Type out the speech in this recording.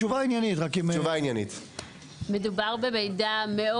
תשובה עניינית רק, אם אפשר.